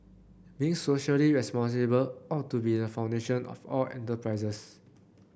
being socially responsible ought to be the foundation of all enterprises